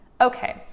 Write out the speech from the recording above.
okay